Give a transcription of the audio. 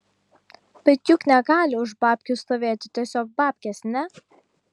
bet juk negali už babkių stovėti tiesiog babkės ne